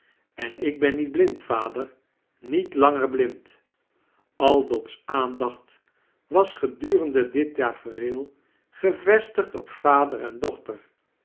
en ik ben niet blind vader niet langer blind al dot's aandacht was gedurende dit tafereel gevestigd op vader en dochter